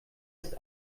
ist